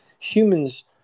Humans